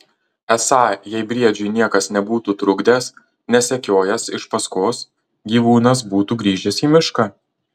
esą jei briedžiui niekas nebūtų trukdęs nesekiojęs iš paskos gyvūnas būtų grįžęs į mišką